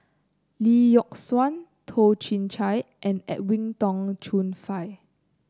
Lee Yock Suan Toh Chin Chye and Edwin Tong Chun Fai